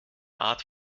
art